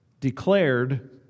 declared